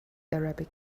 arabic